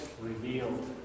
revealed